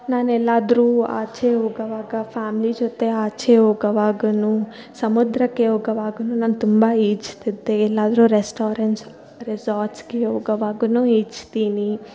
ನಾನು ಎಲ್ಲಾದರೂ ಆಚೆ ಹೋಗವಾಗ ಫ್ಯಾಮ್ಲಿ ಜೊತೆ ಆಚೆ ಹೋಗವಾಗ ಸಮುದ್ರಕ್ಕೆ ಹೋಗವಾಗ ನಾನು ತುಂಬ ಈಜ್ತಿದ್ದೆ ಎಲ್ಲಾದರು ರೆಸ್ಟೋರೆಂಟ್ಸ್ ರೆಸಾರ್ಟ್ಸ್ಗೆ ಹೋಗವಾಗ ಈಜ್ತೀನಿ